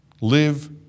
Live